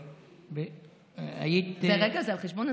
ישראל ביתנו.